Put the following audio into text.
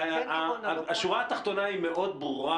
השורה התחתונה היא מאוד ברורה.